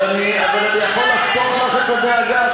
אבל אני יכול לחסוך לך את הדאגה,